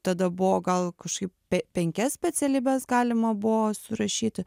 tada buvo gal kažkaip pe penkias specialybes galima buvo surašyti